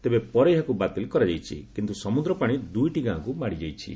ତେବେ ପରେ ଏହାକୁ ବାତିଲ କରାଯାଇଛି କିନ୍ତୁ ସମୁଦ୍ର ପାଣି ଦୁଇଟି ଗାଁକୁ ମାଡ଼ିଯାଇଚି